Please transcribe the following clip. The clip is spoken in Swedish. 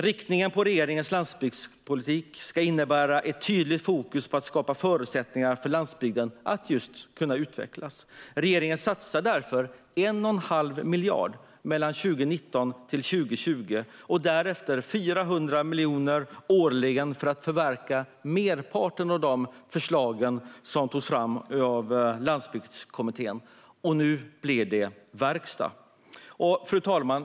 Riktningen på regeringens landsbygdspolitik ska innebära ett tydligt fokus på att skapa förutsättningar för landsbygden att utvecklas. Regeringen satsar därför 1 1⁄2 miljard mellan 2019 och 2020 och därefter 400 miljoner årligen på att förverkliga merparten av de förslag som togs fram av Landsbygdskommittén. Och nu blir det verkstad! Fru talman!